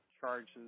charges